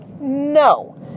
No